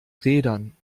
rädern